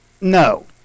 no